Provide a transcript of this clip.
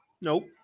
nope